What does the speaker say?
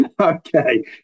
Okay